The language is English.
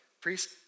Priest